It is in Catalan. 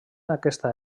aquesta